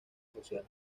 social